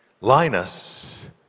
Linus